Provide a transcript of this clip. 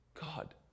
God